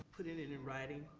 putting it in in writing,